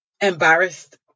embarrassed